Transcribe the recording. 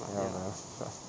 ya by a long shot